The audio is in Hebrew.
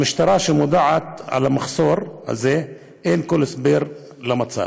למשטרה, שמודעת למחסור הזה, אין כל הסבר למצב.